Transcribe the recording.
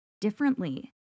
differently